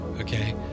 Okay